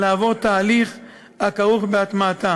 לעבור תהליך הכרוך בהטמעתה.